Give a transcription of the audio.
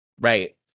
Right